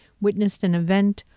witnessed an event,